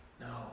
no